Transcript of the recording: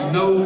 no